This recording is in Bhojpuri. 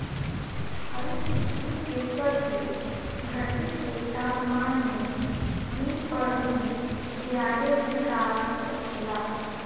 हरितगृह के चलते धरती के तापमान में दिन पर दिन ज्यादे बिकास होखेला